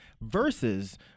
Versus